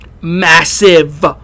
massive